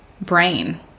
brain